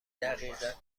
دقیقه